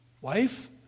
Wife